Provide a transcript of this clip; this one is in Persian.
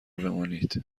بمانید